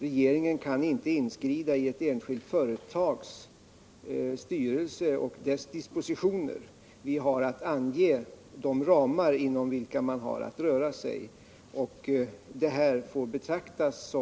Regeringen kan självfallet inte inskrida mot ett enskilt företags styrelses dispositioner. Vi anger de ramar inom vilka man har att röra sig.